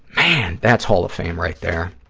man, that's hall of fame right there.